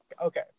Okay